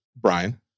Brian